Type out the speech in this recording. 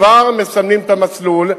כבר מסמנים את המסלול,